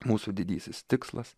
mūsų didysis tikslas